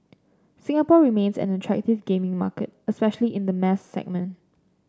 Singapore remains an attractive gaming market especially in the mass segment